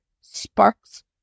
sparks